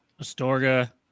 Astorga